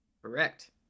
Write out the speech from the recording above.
Correct